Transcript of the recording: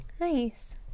Nice